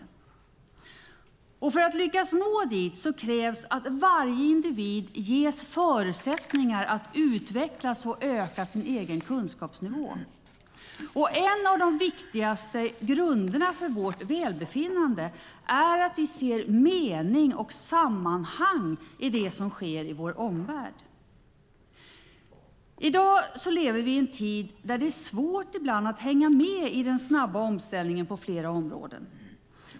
För att nå dit krävs att varje individ ges förutsättningar att utvecklas och öka sin egen kunskapsnivå. En av de viktigaste grunderna för vårt välbefinnande är att vi ser mening och sammanhang i det som sker i vår omvärld. I dag lever vi i en tid där det ibland är svårt att hänga med i den snabba omställningen på flera områden.